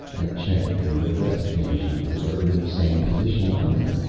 i've checked, and the rest of the engineers are in the same position i'm in,